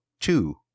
two